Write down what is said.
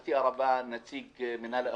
לשמחתי הרבה, נציג מינהל האוכלוסין,